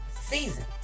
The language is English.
season